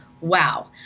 Wow